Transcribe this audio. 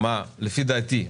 לפי דעתי,